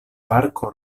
parko